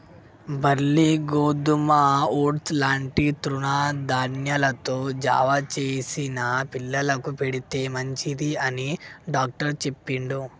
barley గోధుమ oats లాంటి తృణ ధాన్యాలతో జావ చేసి పిల్లలకు పెడితే మంచిది అని డాక్టర్ చెప్పిండు